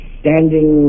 standing